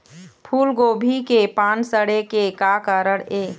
फूलगोभी के पान सड़े के का कारण ये?